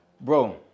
bro